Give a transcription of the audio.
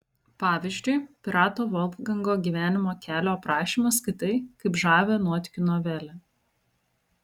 pavyzdžiui pirato volfgango gyvenimo kelio aprašymą skaitai kaip žavią nuotykių novelę